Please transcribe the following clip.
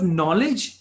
knowledge